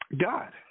God